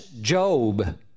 Job